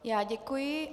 Já děkuji.